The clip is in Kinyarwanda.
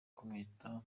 kumwita